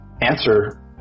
answer